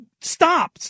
stop